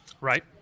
Right